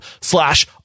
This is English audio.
slash